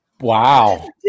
Wow